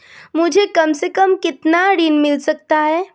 मुझे कम से कम कितना ऋण मिल सकता है?